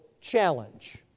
challenge